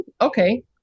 Okay